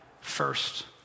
first